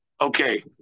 okay